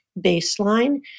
baseline